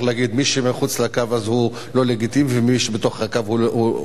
להגיד: מי שמחוץ לקו הוא לא לגיטימי ומי שבתוך הקו הוא,